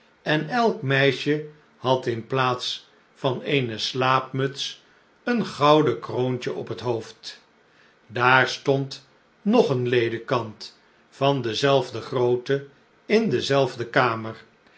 en elk meisje had in plaats van eene slaapmuts een gouden kroontje op het hoofd daar stond nog een ledekant van dezelfde grootte in dezelfde kamer